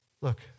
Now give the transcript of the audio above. look